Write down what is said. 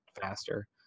faster